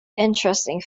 interesting